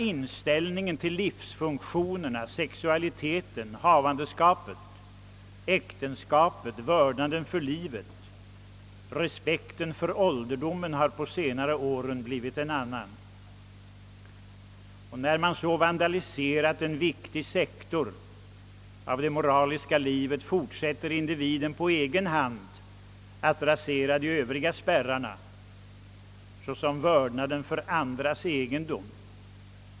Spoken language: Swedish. Inställningen till själva livsfunktionerna — sexualiteten, havandeskapet, äktenskapet — har under senare år blivit en annan, och vördnaden för livet liksom respekten för ålderdomen har avtrubbats. Och när man så vandaliserat en viktig sektor av det moraliska livet, fortsätter individen på egen hand att rasera de övriga spärrarna, t.ex. vördnaden för andras egendom.